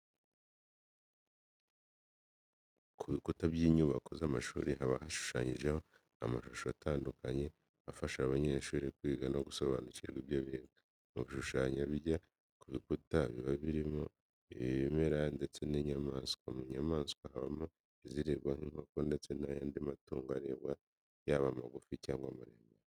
Ku bikuta by'inyubako z'amashuri haba hashushanyijeho amashusho atandukanye afasha abanyeshuri kwiga no gusobanukirwa ibyo biga. Mu bishushanyo bijya ku bikuta biba birimo ibimera ndetse n'inyamaswa. Mu nyamaswa habamo iziribwa nk'inkoko ndetse n'andi matungo aribwa yaba amagufi n'amaremare.